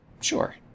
Sure